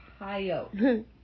Ohio